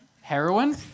heroin